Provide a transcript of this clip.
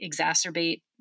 exacerbate